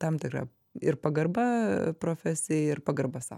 tam tikra ir pagarba profesijai ir pagarba sau